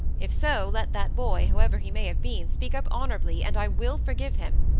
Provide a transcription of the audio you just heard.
if so, let that boy, whoever he may have been, speak up honourably, and i will forgive him.